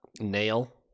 Nail